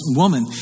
woman